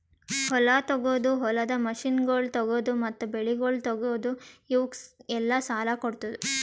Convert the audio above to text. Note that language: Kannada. ಹೊಲ ತೊಗೋದು, ಹೊಲದ ಮಷೀನಗೊಳ್ ತೊಗೋದು, ಮತ್ತ ಬೆಳಿಗೊಳ್ ತೊಗೋದು, ಇವುಕ್ ಎಲ್ಲಾ ಸಾಲ ಕೊಡ್ತುದ್